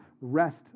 rest